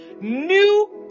new